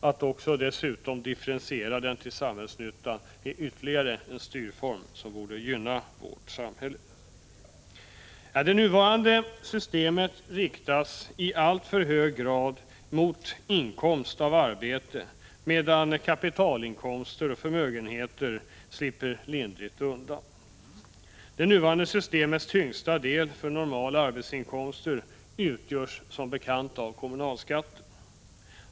En differentiering av beskattningen till samhällets nytta är ytterligare en styrform som borde gynna vårt samhälle. Det nuvarande systemet riktas i alltför hög grad mot inkomst av arbete, medan kapitalinkomster och förmögenheter slipper lindrigt undan. Det nuvarande systemets tyngsta del för normala arbetsinkomster utgörs som bekant av kommunalskatten.